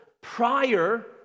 prior